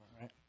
right